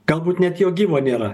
galbūt net jo gyvo nėra